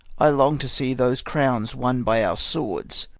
i long to see those crowns won by our swords,